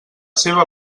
seva